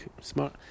Smart